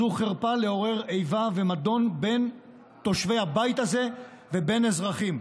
זו חרפה לעורר איבה ומדון בין תושבי הבית הזה ובין אזרחים.